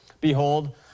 behold